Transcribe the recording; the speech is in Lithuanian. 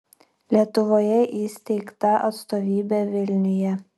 lietuvoje įsteigta atstovybė vilniuje